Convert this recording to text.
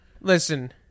Listen